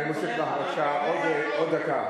אני מוסיף לך, בבקשה, עוד דקה.